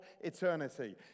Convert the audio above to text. eternity